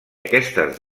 aquestes